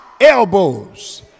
elbows